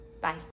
Bye